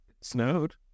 snowed